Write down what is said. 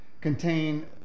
contain